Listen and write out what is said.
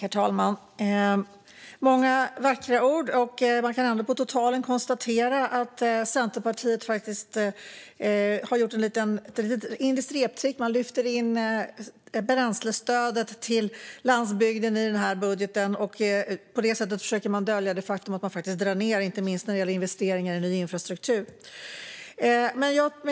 Herr talman! Det var många vackra ord. Jag kan ändå på totalen konstatera att Centerpartiet faktiskt har gjort ett litet indiskt reptrick. Man lyfter in bränslestödet till landsbygden i denna budget. På det sättet försöker man dölja det faktum att man faktiskt drar ned på inte minst investeringar i ny infrastruktur.